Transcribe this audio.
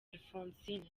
alphonsine